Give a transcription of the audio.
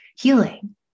healing